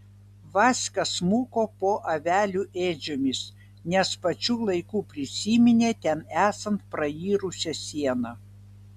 vaska smuko po avelių ėdžiomis nes pačiu laiku prisiminė ten esant prairusią sieną